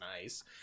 nice